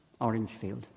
Orangefield